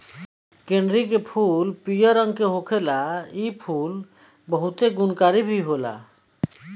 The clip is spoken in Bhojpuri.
कनेरी के फूल पियर रंग के होखेला इ फूल बहुते गुणकारी भी होला